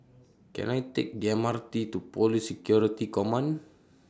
Can I Take The M R T to Police Security Command